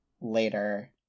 later